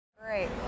great